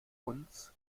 uns